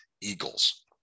eagles